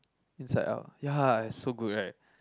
inside out ya so good right